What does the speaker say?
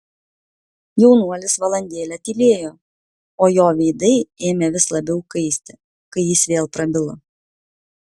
jaunuolis valandėlę tylėjo o jo veidai ėmė vis labiau kaisti kai jis vėl prabilo